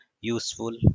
useful